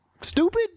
stupid